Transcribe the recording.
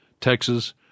Texas